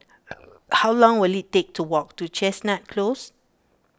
how long will it take to walk to Chestnut Close